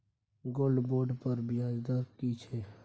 Gold bond पर ब्याज दर की छै?